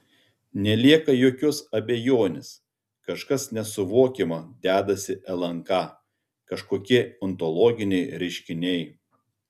nelieka jokios abejonės kažkas nesuvokiama dedasi lnk kažkokie ontologiniai reiškiniai